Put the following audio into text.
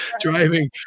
driving